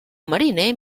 mariner